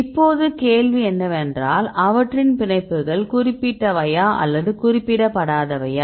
இப்போது கேள்வி என்னவென்றால் அவற்றின் பிணைப்புகள் குறிப்பிட்டவையா அல்லது குறிப்பிடப்படாதவையா